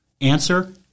Answer